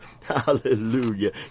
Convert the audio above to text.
Hallelujah